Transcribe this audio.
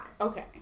Okay